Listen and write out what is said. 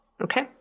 Okay